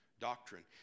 Doctrine